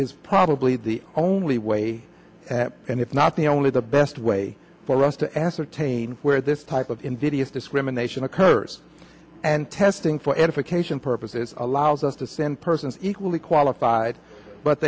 is probably the only way and if not the only the best way for us to ascertain where this type of invidious discrimination occurs and testing for edification purposes allows us to send persons equally qualified but